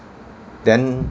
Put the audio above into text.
then